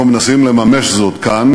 אנחנו מנסים לממש זאת כאן.